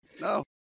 No